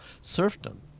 Serfdom